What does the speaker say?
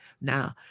now